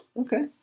Okay